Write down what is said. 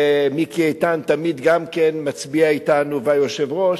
ומיקי איתן תמיד גם כן מצביע אתנו, והיושב-ראש.